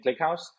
ClickHouse